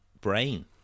brain